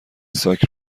ساک